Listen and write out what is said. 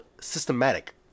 Systematic